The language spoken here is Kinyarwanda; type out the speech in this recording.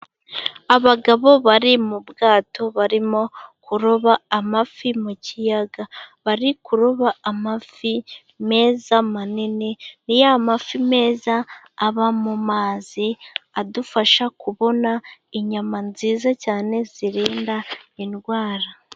Abagabo bari mu bwato barimo kuroba amafi mu kiyaga, bari kuroba amafi meza manini. Ni ya mafi meza aba mu mazi, adufasha kubona inyama nziza cyane zirinda indwara.